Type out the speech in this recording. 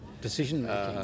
decision-making